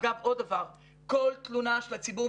כל תלונה של הציבור,